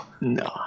No